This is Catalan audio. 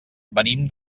venim